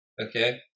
Okay